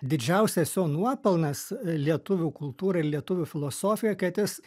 didžiausias jo nuopelnas lietuvių kultūrai ir lietuvių filosofijai kad jis